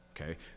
okay